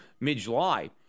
mid-July